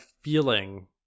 feeling